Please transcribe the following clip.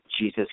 Jesus